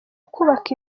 kubaka